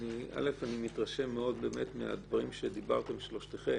אני מתרשם מאוד מהדברים שדיברתן שלושתכן.